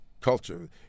culture